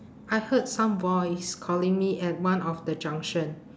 I heard some voice calling me at one of the junction